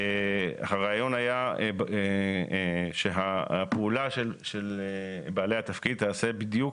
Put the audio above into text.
- הרעיון היה שהפעולה של בעלי התפקיד תעשה בדיוק